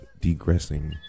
degressing